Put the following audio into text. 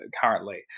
currently